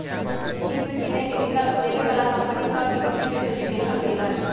किस्त किनेके विकल्प देबऐ बला कंपनि सभ के बिक्री में वृद्धि देखल गेल हइ